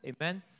amen